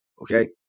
Okay